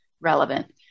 relevant